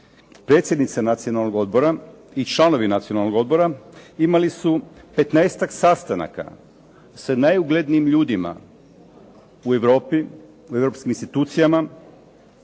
predsjednica Nacionalnog odbora i članovi imali su 15-tak sastanaka sa najuglednijim ljudima u Europi, u Europskim institucijama